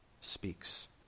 speaks